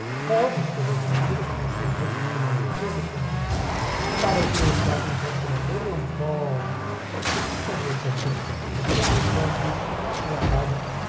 eh rispose il monachino con un sorrisetto più malizioso che mai mi pare che siate in certe materie un po e s'interruppe aspettando che l'altro gli ripigliasse la frase